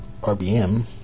RBM